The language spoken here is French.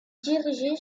dirigé